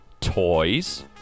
toys